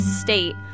state